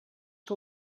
que